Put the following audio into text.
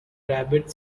rabbit